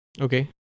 Okay